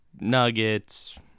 nuggets